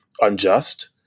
unjust